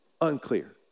unclear